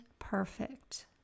perfect